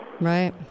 Right